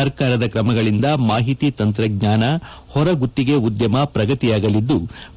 ಸರ್ಕಾರದ ಕ್ರಮಗಳಿಂದ ಮಾಹಿತಿ ತಂತ್ರಜ್ಞಾನ ಹೊರಗುತ್ತಿಗೆ ಉದ್ಯಮ ಶ್ರಗತಿಯಾಗಲಿದ್ದು